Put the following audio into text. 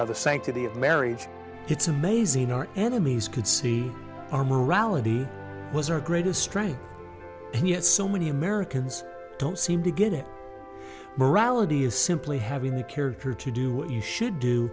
of the sanctity of marriage it's amazing our enemies could see our morality was her greatest strength so many americans don't seem to get it morality is simply having the character to do what you should do